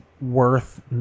worth